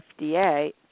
FDA